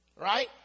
Right